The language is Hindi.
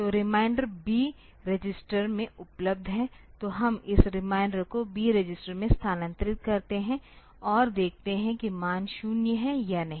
तो रिमाइंडर B रजिस्टर में उपलब्ध है तो हम इस रिमाइंडर को B रजिस्टर में स्थानांतरित करते हैं और देखते हैं कि मान 0 है या नहीं